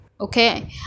okay